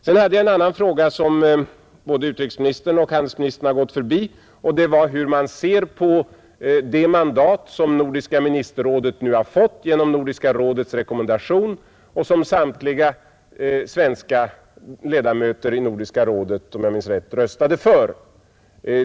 Jag tog vidare upp en annan fråga, som både utrikesministern och handelsministern gått förbi, nämligen hur man betraktar det mandat som nordiska ministerrådet har fått genom Nordiska rådets rekommendation och som — om jag minns rätt — samtliga svenska ledamöter i Nordiska rådet röstade för.